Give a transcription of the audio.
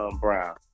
Brown